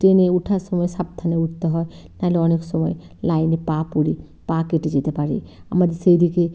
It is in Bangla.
ট্রেনে উঠার সময় সাবধানে উঠতে হয় নাহলে অনেক সময় লাইনে পা পড়ে পা কেটে যেতে পারে আমাদের সেই দিকে